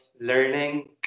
learning